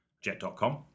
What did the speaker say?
Jet.com